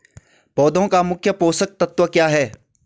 पौधें का मुख्य पोषक तत्व क्या है?